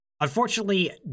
unfortunately